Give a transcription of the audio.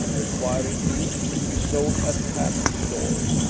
requiring beef to be sold at candy stores,